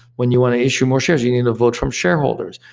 when you want to issue more shares, you need a vote from shareholders,